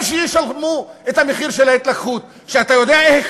הם שישלמו את המחיר של ההתלקחות שאתה יודע איך